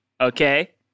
okay